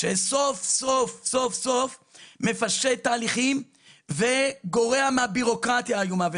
שסוף סוף מפשט תהליכים וגורע מהבירוקרטיה האיומה והנוראה.